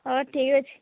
ହଉ ଠିକ୍ ଅଛି